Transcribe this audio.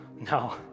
No